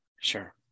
Sure